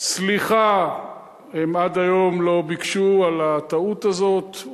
סליחה הם עד היום לא ביקשו על הטעות הזאת,